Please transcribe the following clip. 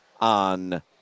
on